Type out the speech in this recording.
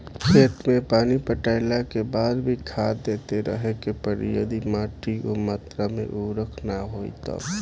खेत मे पानी पटैला के बाद भी खाद देते रहे के पड़ी यदि माटी ओ मात्रा मे उर्वरक ना होई तब?